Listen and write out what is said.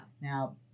now